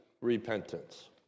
repentance